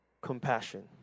Compassion